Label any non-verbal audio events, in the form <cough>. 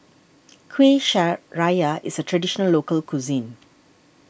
Kueh <unintelligible> is a Traditional Local Cuisine